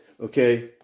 okay